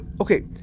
Okay